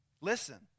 listen